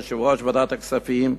יושב-ראש ועדת הכספים,